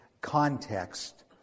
context